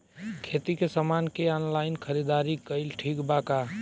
खेती के समान के ऑनलाइन खरीदारी कइल ठीक बा का?